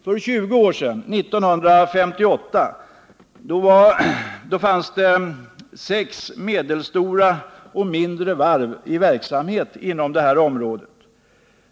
För 20 år sedan — år 1958 — var sex medelstora och mindre varv i verksamhet inom detta område.